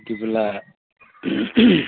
बिदिब्ला